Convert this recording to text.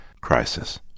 crisis